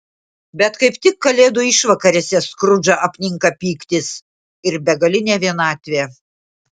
bet kaip tik kalėdų išvakarėse skrudžą apninka pyktis ir begalinė vienatvė